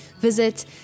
visit